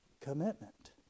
commitment